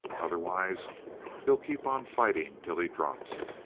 otherwise he'll keep on fighting till he drops.